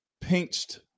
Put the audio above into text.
pinched